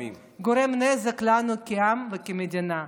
גורם נזק לנו כעם וכמדינה,